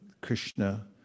Krishna